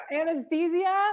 Anesthesia